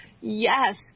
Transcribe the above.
Yes